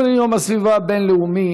חברי הכנסת,